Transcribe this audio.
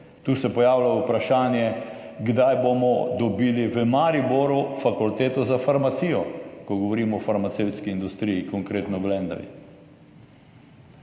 Tu se pojavlja vprašanje, kdaj bomo dobili v Mariboru fakulteto za farmacijo, ko govorimo o farmacevtski industriji, konkretno v Lendavi.